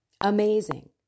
Amazing